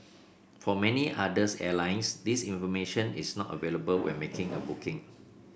for many others airlines this information is not available when making a booking